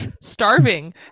starving